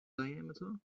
diameter